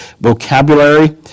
vocabulary